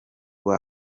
rwe